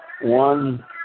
one